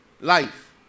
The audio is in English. life